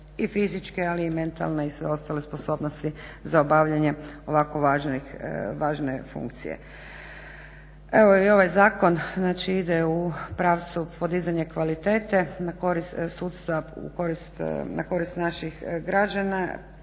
i fizičke ali i mentalne i sve ostale sposobnosti za obavljanje ovako važne funkcije. Evo i ovaj zakon znači ide u pravcu podizanja kvalitete na korist sudstva, na